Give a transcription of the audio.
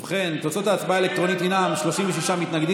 ובכן, תוצאות ההצבעה הן 35 נגד,